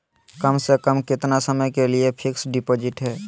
कम से कम कितना समय के लिए फिक्स डिपोजिट है?